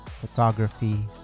photography